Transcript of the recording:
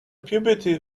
puberty